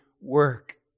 work